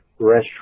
restroom